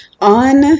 on